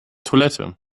toilette